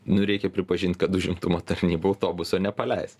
nu reikia pripažint kad užimtumo tarnyba autobuso nepaleis